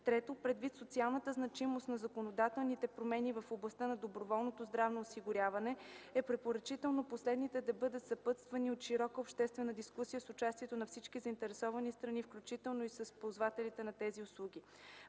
трето, предвид социалната значимост на законодателните промени в областта на доброволното здравно осигуряване, е препоръчително последните да бъдат съпътствани от широка обществена дискусия с участието на всички заинтересовани страни, включително и с ползвателите на тези услуги.